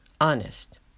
honest